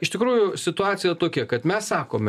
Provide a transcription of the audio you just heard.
iš tikrųjų situacija tokia kad mes sakome